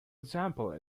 example